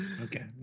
Okay